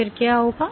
तो क्या होगा